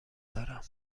دارم